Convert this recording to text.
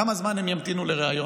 כמה זמן הם ימתינו לריאיון?